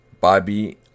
Bobby